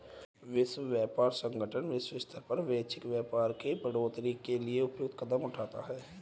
विश्व व्यापार संगठन विश्व स्तर पर वैश्विक व्यापार के बढ़ोतरी के लिए उपयुक्त कदम उठाता है